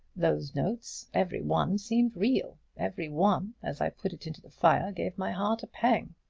those notes every one seemed real! every one, as i put it into the fire, gave my heart a pang.